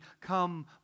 come